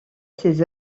ses